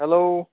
hello